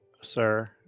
Sir